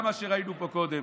גם מה שראינו פה קודם,